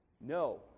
No